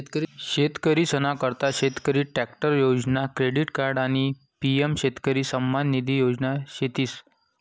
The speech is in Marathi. शेतकरीसना करता शेतकरी ट्रॅक्टर योजना, क्रेडिट कार्ड आणि पी.एम शेतकरी सन्मान निधी योजना शेतीस